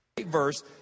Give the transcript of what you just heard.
verse